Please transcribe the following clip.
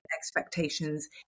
expectations